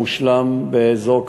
מושלם באזור כרמיאל.